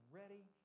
ready